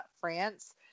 France